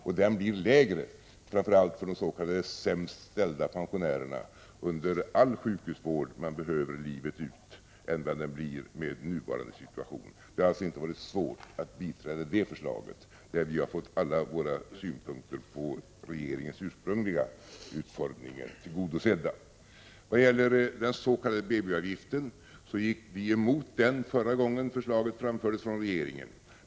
Och den blir lägre, framför allt för de s.k. sämst ställda pensionärerna, under all sjukhusvård livet ut än den blir med nuvarande regler. Det är alltså inte svårt att biträda det förslaget, där vi har fått alla våra synpunkter på regeringens ursprungliga utformning tillgodosedda. I vad gäller den s.k. BB-avgiften gick vi emot den förra gången förslaget framfördes från regeringen.